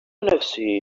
نفسي